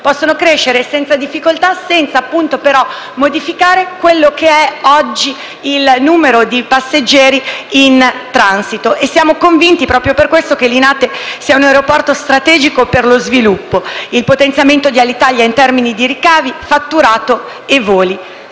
Possono crescere facilmente senza modificare l'attuale numero di passeggeri in transito. Siamo convinti, proprio per questo, che Linate sia un aeroporto strategico per lo sviluppo e il potenziamento di Alitalia in termini di ricavi, fatturato e voli.